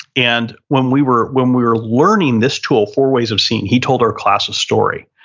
and when we were, when we were learning this tool, four ways of seeing, he told our class a story.